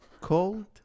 cold